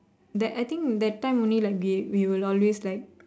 that I think that time only like they we will always like